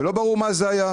ולא ברור מה זה היה.